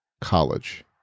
college